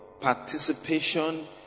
participation